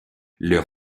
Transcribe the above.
leur